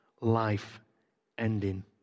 life-ending